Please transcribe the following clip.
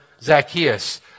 Zacchaeus